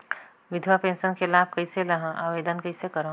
विधवा पेंशन के लाभ कइसे लहां? आवेदन कइसे करव?